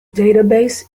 database